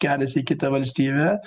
keliasi į kitą valstybę